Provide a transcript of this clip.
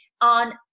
on